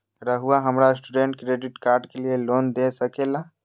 रहुआ हमरा student credit card के लिए लोन दे सके ला?